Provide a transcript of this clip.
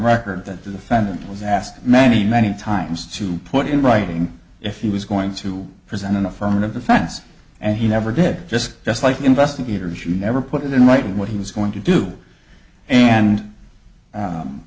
asked many many times to put in writing if he was going to present an affirmative defense and he never did just yes like investigators you never put it in writing what he was going to do and